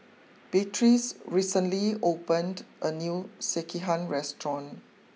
Beatriz recently opened a new Sekihan restaurant